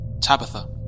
Tabitha